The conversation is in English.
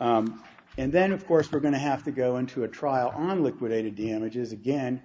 and then of course we're going to have to go into a trial on liquidated damages again